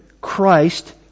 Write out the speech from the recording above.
Christ